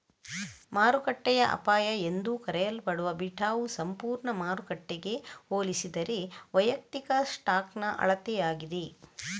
ಮಾರುಕಟ್ಟೆಯ ಅಪಾಯ ಎಂದೂ ಕರೆಯಲ್ಪಡುವ ಬೀಟಾವು ಸಂಪೂರ್ಣ ಮಾರುಕಟ್ಟೆಗೆ ಹೋಲಿಸಿದರೆ ವೈಯಕ್ತಿಕ ಸ್ಟಾಕ್ನ ಅಳತೆಯಾಗಿದೆ